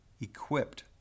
equipped